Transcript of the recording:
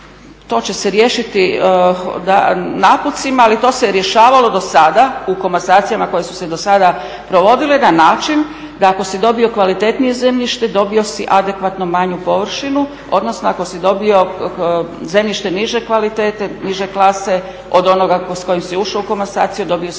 to će se riješiti naputcima ali to se rješavalo dosada u komasacijama koje su se dosada provodile na način da ako si dobio kvalitetnije zemljište dobio si adekvatno manju površinu odnosno ako si dobio zemljište niže kvalitete, niže klase od onoga s kojim si ušao u komasaciju dobio si